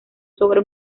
sobre